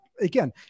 Again